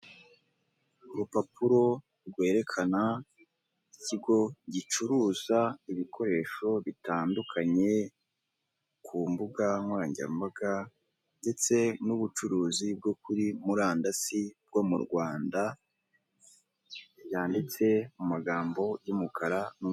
Urupapuro rwerekana ikigo gicuruza ibikoresho bitandunkanye, ku mbuga nkoranyambaga ndetse n'ubucuruzi bwo kuri murandasi bwo mu Rwanda, byanditse mu magambo y'umukara.